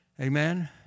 Amen